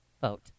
vote